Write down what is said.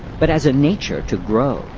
but as a nature to grow,